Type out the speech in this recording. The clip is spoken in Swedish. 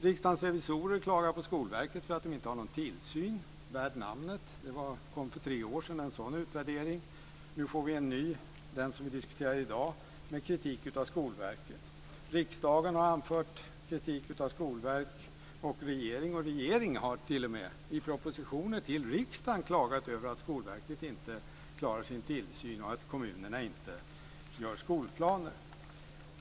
Riksdagens revisorer klagar på Skolverket för att man inte har någon tillsyn värd namnet. En sådan utvärdering kom för tre år sedan. Nu får vi en ny - den vi diskuterar i dag - med kritik av Skolverket. Riksdagen har anfört kritik av Skolverket och regeringen. Regeringen har t.o.m. i propositioner till riksdagen klagat över att Skolverket inte klarar sin tillsyn och att kommunerna inte gör skolplaner.